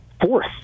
fourth